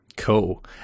Cool